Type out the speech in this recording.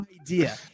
idea